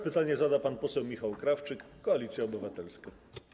Pytanie zada pan poseł Michał Krawczyk, Koalicja Obywatelska.